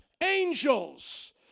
angels